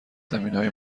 زمینهای